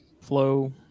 flow